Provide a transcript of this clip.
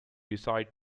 decide